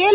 L